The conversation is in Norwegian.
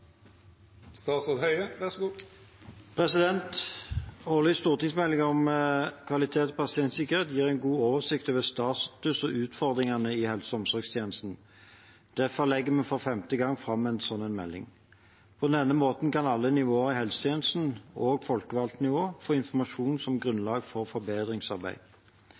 årlig stortingsmelding om kvalitet og pasientsikkerhet gir en god oversikt over status og utfordringer i helse- og omsorgstjenesten. Derfor legger vi for femte gang fram en sånn melding. På denne måten kan alle nivå i helsetjenesten og folkevalgt nivå få informasjon som grunnlag for